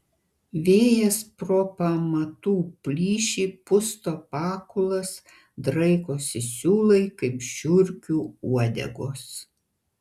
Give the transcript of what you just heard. vėjas pro pamatų plyšį pusto pakulas draikosi siūlai kaip žiurkių uodegos